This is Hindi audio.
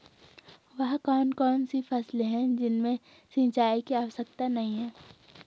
वह कौन कौन सी फसलें हैं जिनमें सिंचाई की आवश्यकता नहीं है?